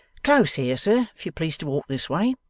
close here, sir, if you please to walk this way